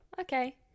Okay